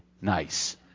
nice